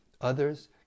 Others